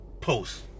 Post